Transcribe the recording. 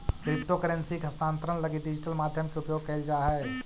crypto currency के हस्तांतरण लगी डिजिटल माध्यम के उपयोग कैल जा हइ